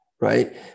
right